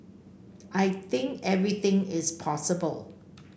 I think everything is possible